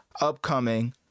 upcoming